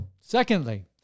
Secondly